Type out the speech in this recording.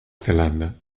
zelanda